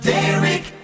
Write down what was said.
Derek